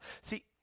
See